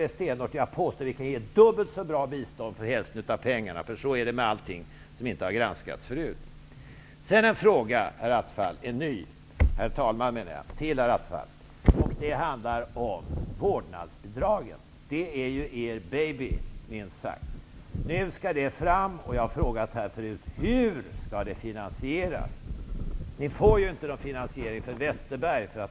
Jag påstår att det går att ge dubbelt så mycket bistånd för hälften av pengarna. Så är det med allting som inte har granskats förut. Herr talman! Vidare en ny fråga till Stefan Attefall -- denna gång om vårdnadsbidragen. De är ju, minst sagt, er baby. Nu skall de fram. Jag har tidigare frågat hur de skall finansieras. Ni får inte någon finansiering från Westerbergs sida.